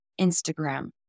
Instagram